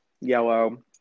yellow